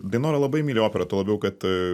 dainora labai myli operą tuo labiau kad